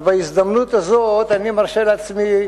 אז בהזדמנות הזאת אני מרשה לעצמי,